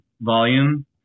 volume